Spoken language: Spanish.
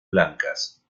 blancas